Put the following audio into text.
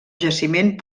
jaciment